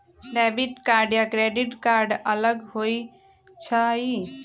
Debit card या credit card अलग होईछ ई?